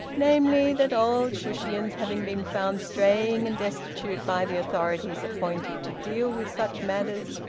namely, that old shushions, having been found straying and destitute by the authorities appointed to deal with such matters,